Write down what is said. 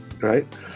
Right